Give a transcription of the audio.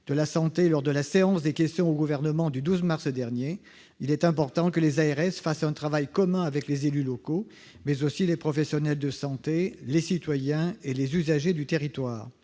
nationale lors de la séance de questions au Gouvernement du 12 mars dernier, il est important que les ARS fassent un travail commun avec les élus locaux, mais aussi les professionnels de santé, les citoyens et les usagers du territoire.